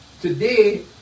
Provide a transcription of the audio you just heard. today